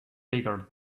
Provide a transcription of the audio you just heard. bigger